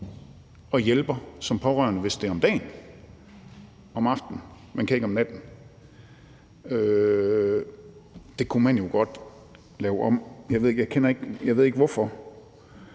og hjælper, hvis det er om dagen og aftenen, men man kan ikke være det om natten. Det kunne man jo godt lave om. Jeg ved ikke, hvorfor